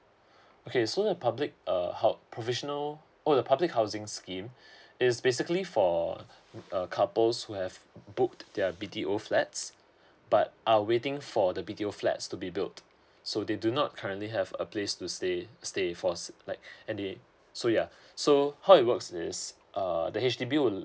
okay so the public err provisional oh the public housing scheme it's basically for uh couples who have booked their b t o flats but are waiting for the b t o flats to be built so they do not currently have a place to stay stay like and they so yeah so how it works is uh the H_D_B will